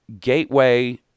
gateway